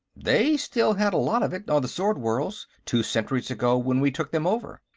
they still had a lot of it, on the sword-worlds, two centuries ago when we took them over.